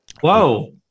whoa